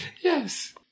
Yes